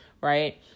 right